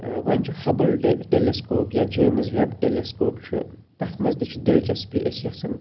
تہٕ وۄنۍ چھُ ہِبلٹے ٹیٚلِسکوپ یا جیمٕز ویٚب ٹیٚلِسکوپ چھُ تَتھ مَنٛز تہِ چھِ دِلچَسپی أسۍ یَژھان